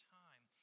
time